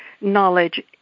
knowledge